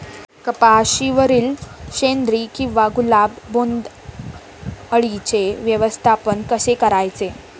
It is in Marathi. कपाशिवरील शेंदरी किंवा गुलाबी बोंडअळीचे व्यवस्थापन कसे करायचे?